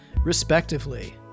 respectively